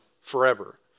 forever